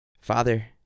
Father